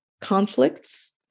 conflicts